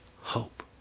hope